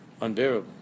unbearable